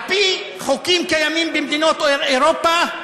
על-פי חוקים קיימים במדינות אירופה,